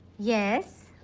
yes.